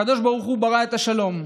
הקדוש ברוך הוא ברא את השלום,